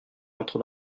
entre